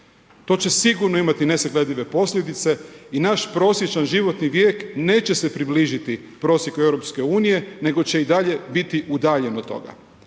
se i sigurno imati nesagledive posljedice i naš prosječan životi vijek neće se približiti prosjeku EU, nego će i dalje biti udaljen od toga.